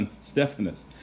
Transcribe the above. Stephanus